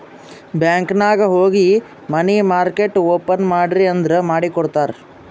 bank ನಾಗ್ ಹೋಗಿ money market open ಮಾಡ್ರಿ ಅಂದುರ್ ಮಾಡಿ ಕೊಡ್ತಾರ್